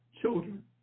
children